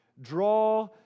draw